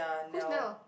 whose Neil